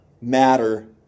matter